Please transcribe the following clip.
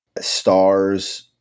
stars